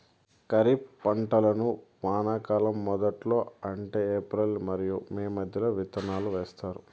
ఖరీఫ్ పంటలను వానాకాలం మొదట్లో అంటే ఏప్రిల్ మరియు మే మధ్యలో విత్తనాలు వేస్తారు